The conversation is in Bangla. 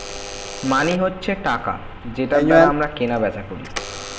মানি হচ্ছে টাকা যেটার দ্বারা আমরা কেনা বেচা করি